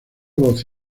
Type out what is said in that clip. voz